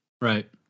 Right